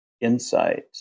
insight